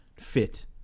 fit